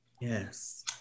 Yes